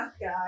guys